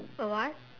A what